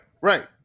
right